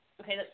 okay